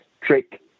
trick